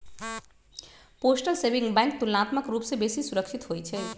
postal saving bank तुलनात्मक रूप से बेशी सुरक्षित होइ छइ